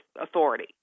authority